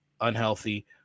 unhealthy